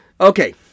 Okay